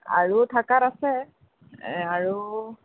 আৰু থাকাত আছে আৰু